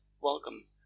welcome